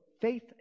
faith